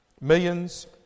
Millions